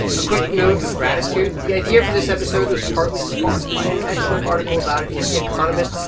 a quick note of gratitude the idea for this episode was partly sparked by an excellent article about it in the economist.